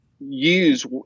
use